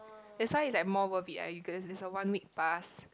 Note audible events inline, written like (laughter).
that's why is like more worth it ah (noise) there's a one week pass